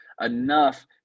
enough